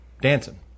dancing